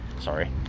sorry